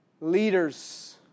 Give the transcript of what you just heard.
leaders